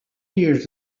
years